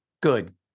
good